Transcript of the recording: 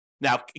Now